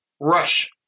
Rush